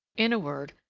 in a word,